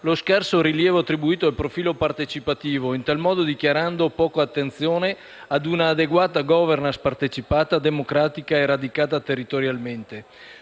lo scarso rilievo attribuito al profilo partecipativo, in tal modo dichiarando poca attenzione ad un'adeguata *governance* partecipata, democratica e radicata territorialmente.